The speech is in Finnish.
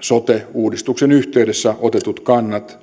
sote uudistuksen yhteydessä otetut kannat